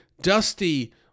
dusty